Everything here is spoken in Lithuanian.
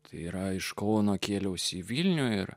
tai yra iš kauno kėliausi vilniuje ir